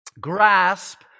Grasp